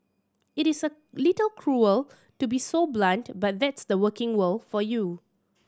it is a little cruel to be so blunt but that's the working world for you